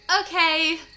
Okay